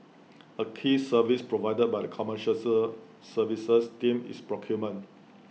A key service provided by the commercial sir services team is procurement